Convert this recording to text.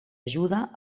ajuda